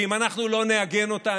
ואם אנחנו לא נעגן אותה,